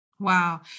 Wow